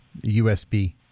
USB